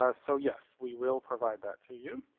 ah so yes, we will provide that to you.